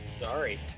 sorry